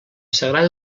sagrada